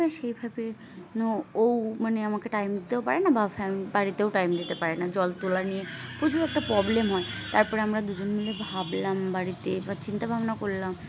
ত সেইভাবে ও মানে আমাকে টাইম দিতেও পারে না বা ফ্যাম বাড়িতেও টাইম দিতে পারে না জল তোলা নিয়ে প্রচুর একটা প্রবলেম হয় তারপরে আমরা দুজন মিলে ভাবলাম বাড়িতে বা চিন্তা ভাবনা করলাম